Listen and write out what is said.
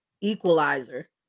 Equalizer